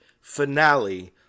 finale